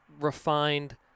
refined